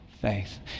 faith